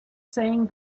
saying